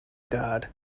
guard